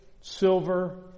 silver